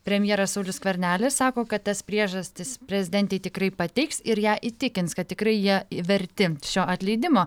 premjeras saulius skvernelis sako kad tas priežastis prezidentei tikrai pateiks ir ją įtikins kad tikrai jie verti šio atleidimo